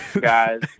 guys